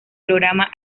programa